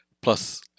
plus